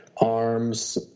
arms